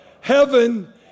heaven